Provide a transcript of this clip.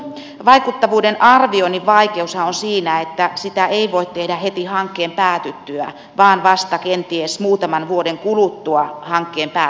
vaikuttavuuden arvioinnin vaikeushan on siinä että sitä ei voi tehdä heti hankkeen päätyttyä vaan kenties vasta muutaman vuoden kuluttua hankkeen päättymisestä